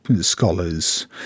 scholars